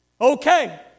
Okay